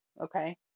okay